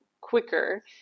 quicker